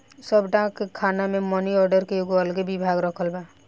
सब डाक खाना मे मनी आर्डर के एगो अलगे विभाग रखल बा